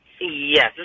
Yes